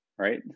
right